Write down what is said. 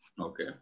Okay